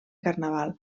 carnaval